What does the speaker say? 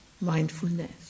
mindfulness